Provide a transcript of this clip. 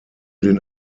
den